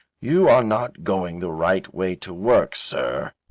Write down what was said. you are not going the right way to work, sir,